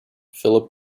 phillip